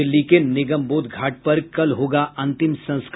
दिल्ली के निगमबोध घाट पर कल होगा अंतिम संस्कार